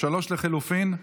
3 לחלופין.